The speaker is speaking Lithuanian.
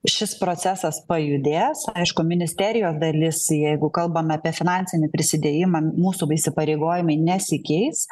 šis procesas pajudės aišku ministerijos dalis jeigu kalbam apie finansinį prisidėjimą mūsų įsipareigojimai nesikeis